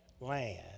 land